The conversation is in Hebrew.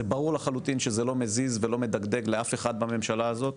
זה ברור לחלוטין שזה לא מזיז ולא מדגדג לאף אחד בממשלה הזאת,